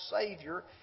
Savior